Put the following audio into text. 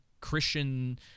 Christian